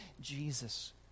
Jesus